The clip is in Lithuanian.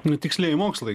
nu tikslieji mokslai